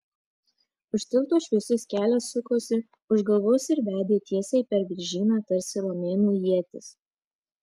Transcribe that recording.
už tilto šviesus kelias sukosi už kalvos ir vedė tiesiai per viržyną tarsi romėnų ietis